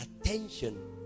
Attention